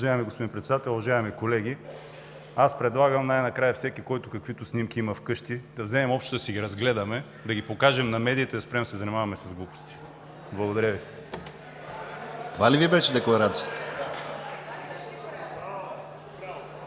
Аз предлагам най-накрая всеки, който каквито снимки има вкъщи, да вземем общо да си ги разгледаме, да ги покажем на медиите и да спрем да се занимаваме с глупости. Благодаря Ви. (Шум и реплики